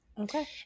Okay